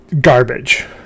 garbage